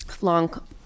long